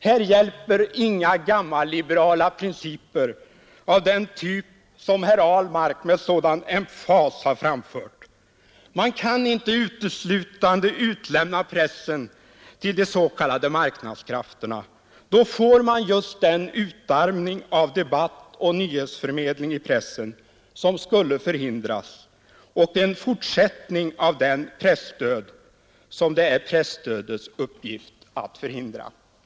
Här hjälper inga gammalliberala principer av den typ som herr Ahlmark med sådan emfas har framfört. Man kan inte uteslutande utlämna pressen till de s.k. marknadskrafterna. Då får man just den utarmning av debattoch nyhetsförmedling i pressen som skulle förhindras och en fortsättning av den pressdöd som det är presstödets uppgift att förhindra.